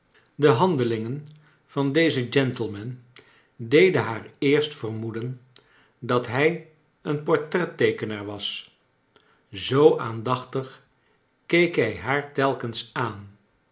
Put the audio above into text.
de handelingen van dezen gentleman deden haar eerst vermoeden dat hij een portretteekenaar was zoo aandachtig keek hij haar telkens nan